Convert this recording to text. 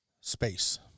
Space